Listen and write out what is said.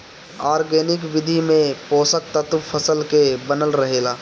organic विधि में पोषक तत्व फसल के बनल रहेला